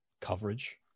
coverage